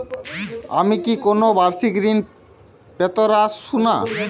আমি কি কোন বাষিক ঋন পেতরাশুনা?